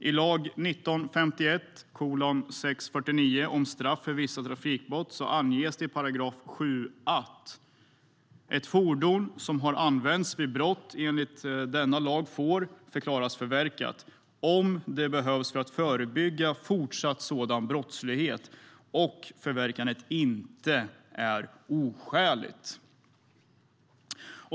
I lagen 1951:649 om straff för vissa trafikbrott anges i 7 § att ett fordon som har använts vid brott enligt denna lag får förklaras förverkat, om det behövs för att förebygga fortsatt sådan brottslighet och förverkande inte är oskäligt.